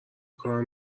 کار